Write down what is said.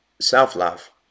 self-love